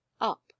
up